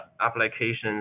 applications